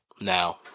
Now